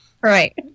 Right